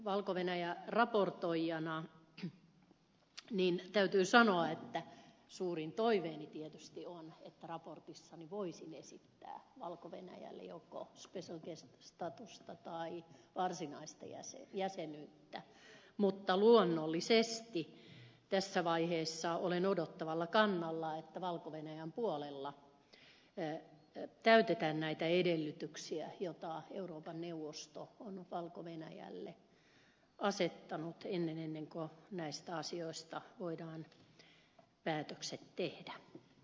valko venäjä raportoijana täytyy sanoa että suurin toiveeni tietysti on että raportissani voisin esittää valko venäjälle joko special guest statusta tai varsinaista jäsenyyttä mutta luonnollisesti tässä vaiheessa olen odottavalla kannalla että valko venäjän puolella täytetään näitä edellytyksiä jota euroopan neuvosto on valko venäjälle asettanut ennen kuin näistä asioista voidaan päätökset tehdä